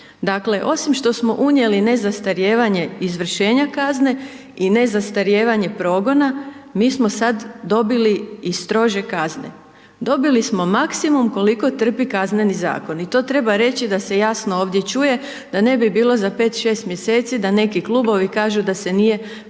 Dakle, osim što smo unijeli ne zastarijevanje izvršenja kazne i ne zastarijevanje progona mi smo sad dobili i strože kazne, dobili smo maksimum koliko trpi Kazneni zakon i to treba reći da se jasno ovdje čuje da ne bi bilo za 5, 6 mjeseci da neki klubovi kažu da se nije promijenilo